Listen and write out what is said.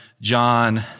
John